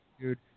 dude